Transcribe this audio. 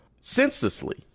senselessly